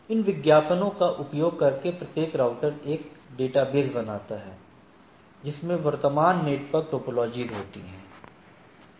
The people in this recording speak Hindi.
इन विज्ञापनों का उपयोग करके प्रत्येक राउटर एक डेटाबेस बनाता है जिसमें वर्तमान नेटवर्क टोपोलॉजी होती है